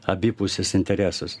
abipusis interesas